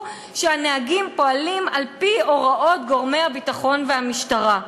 שהנהגים פועלים על-פי הוראות גורמי הביטחון והמשטרה.